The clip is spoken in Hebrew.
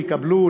יקבלו,